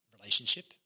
relationship